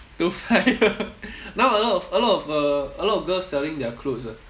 to fund your now a lot of a lot of uh a lot of girls selling their clothes ah